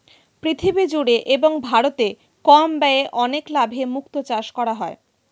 পৃথিবী জুড়ে এবং ভারতে কম ব্যয়ে অনেক লাভে মুক্তো চাষ করা হয়